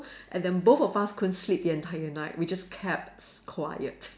and then both of us couldn't sleep the entire night we just kept quiet